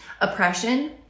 Oppression